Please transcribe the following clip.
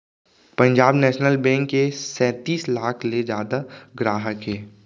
Punjab national bank के सैतीस लाख ले जादा गराहक हे